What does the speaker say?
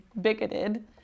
bigoted